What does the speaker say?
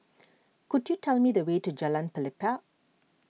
could you tell me the way to Jalan Pelepah